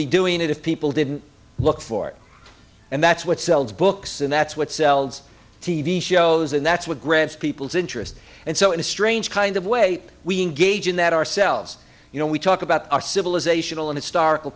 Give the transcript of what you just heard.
be doing it if people didn't look for it and that's what sells books and that's what sells t v shows and that's what grants people's interest and so in a strange kind of way we engage in that ourselves you know we talk about our civilization